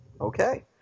Okay